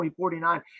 2049